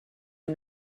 the